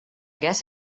guess